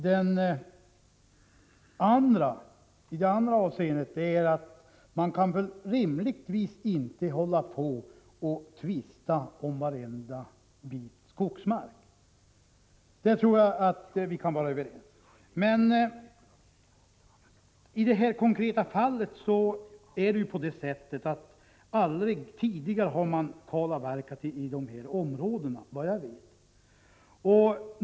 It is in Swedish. Det andra är att man rimligtvis inte kan tvista om varenda bit skogsmark. I dessa avseenden tror jag att vi kan vara överens. I det konkreta fallet är det på det sättet att man aldrig tidigare har kalavverkat i de här områdena såvitt jag vet.